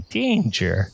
danger